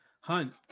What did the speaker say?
hunt